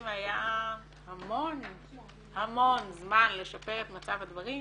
היה המון המון זמן לשפר את מצב הדברים